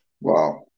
Wow